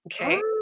Okay